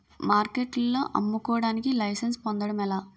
మార్కెట్లో అమ్ముకోడానికి లైసెన్స్ పొందడం ఎలా?